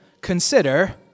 consider